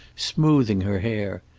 smoothing her hair.